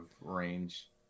range